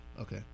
okay